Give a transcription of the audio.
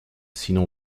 sinon